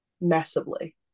massively